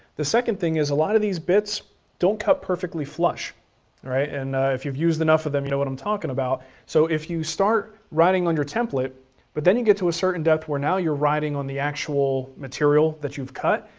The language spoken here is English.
the second thing is a lot of these bits don't cut perfectly flush, all right? and if you've used enough of them you know what i'm talkin' about. so if you start riding on your template but then you get to a certain depth where now you're riding on the actual material that you've cut,